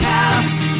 Cast